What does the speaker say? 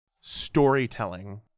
storytelling